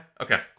okay